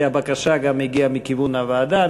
כי הבקשה הגיעה גם מכיוון הוועדה,